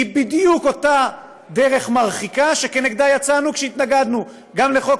היא בדיוק אותה דרך מרחיקה שנגדה יצאנו כשהתנגדנו גם לחוק